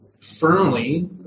firmly